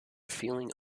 feeling